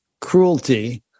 cruelty